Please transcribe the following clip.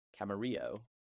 Camarillo